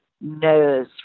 knows